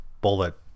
bullet